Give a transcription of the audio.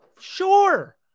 Sure